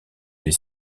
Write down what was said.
les